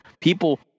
People